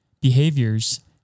behaviors